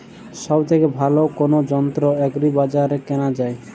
সব থেকে ভালো কোনো যন্ত্র এগ্রি বাজারে কেনা যায়?